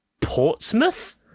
Portsmouth